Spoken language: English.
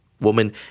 Woman